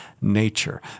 nature